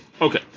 Okay